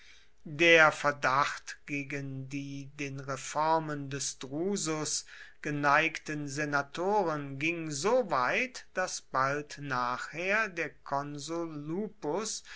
der verdacht gegen die den reformen des drusus geneigten senatoren ging soweit daß bald nachher der konsul lupus